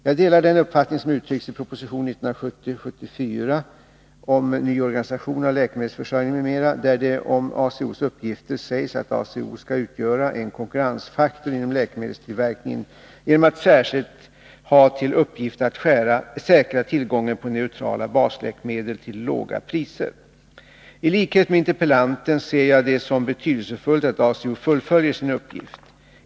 Jag delar den uppfattning som uttrycks i proposition 1970:74 om ny organisation av läkemedelsförsörjningen m.m., där det om ACO:s uppgifter sägs att ACO skall ”utgöra en konkurrensfaktor inom läkemedelstillverkningen genom att särskilt ha till uppgift att säkra tillgången på neutrala basläkemedel till låga priser”. I likhet med interpellanten ser jag det som betydelsefullt att ACO fullföljer sin uppgift.